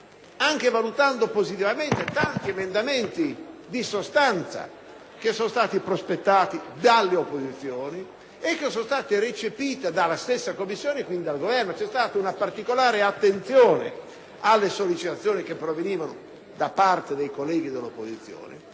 e valutando positivamente tanti emendamenti di sostanza che sono stati prospettati dalle opposizioni e che sono stati recepiti dalla stessa Commissione e quindi dal Governo, c'è stata una particolare attenzione alle sollecitazioni che provenivano da parte dei colleghi dell'opposizione